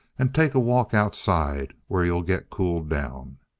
and take a walk outside where you'll get cooled down.